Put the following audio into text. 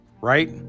right